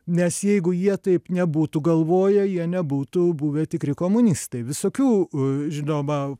nes jeigu jie taip nebūtų galvoję jie nebūtų buvę tikri komunistai visokių žinoma